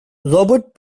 robert